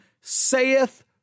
saith